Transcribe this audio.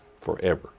forever